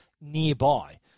nearby